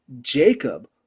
Jacob